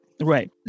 right